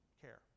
care